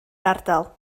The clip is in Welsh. ardal